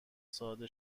ساده